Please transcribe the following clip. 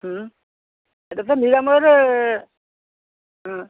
ତ ନିରାମୟରେ